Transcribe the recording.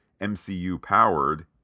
MCU-powered